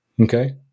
okay